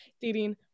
dating